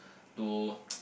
to